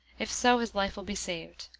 if so, his life will be saved.